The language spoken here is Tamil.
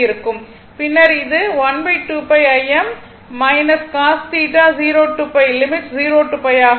பின்னர் இது ஆக இருக்கும்